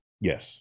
Yes